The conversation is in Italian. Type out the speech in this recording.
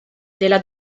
della